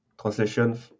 translation